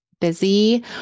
busy